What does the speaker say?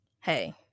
hey